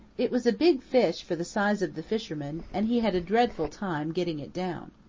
it was a big fish for the size of the fisherman and he had a dreadful time getting it down.